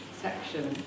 section